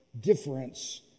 difference